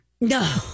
No